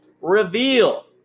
reveal